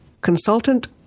consultant